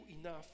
enough